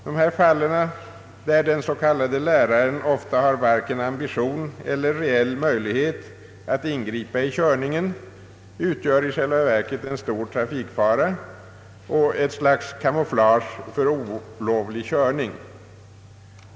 Dessa fall, där den s.k. läraren ofta har varken ambitioner eller reell möjlighet att ingripa i körningen, utgör i själva verket en stor trafikfara och ett slags kamouflage för olovlig körning.